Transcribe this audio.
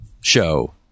show